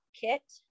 kit